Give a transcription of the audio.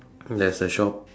there's a shop